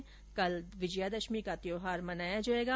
वहीं कल विजयादशमी का त्योहार मनाया जाएगा